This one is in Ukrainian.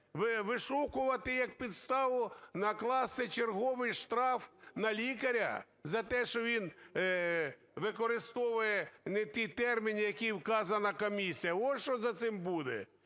Вишукувати як підставу накласти черговий штраф на лікаря за те, що він використовує не ті терміни, які вказала комісія, ось, що за цим буде.